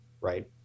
right